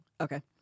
Okay